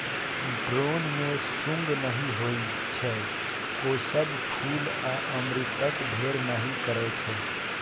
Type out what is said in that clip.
drone मे सुंग नहि होइ छै ओ सब फुल आ अमृतक ढेर नहि करय छै